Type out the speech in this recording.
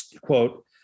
quote